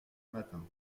matin